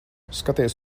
skaties